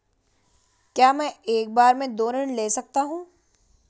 क्या मैं एक बार में दो ऋण ले सकता हूँ?